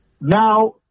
now